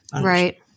right